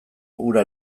ura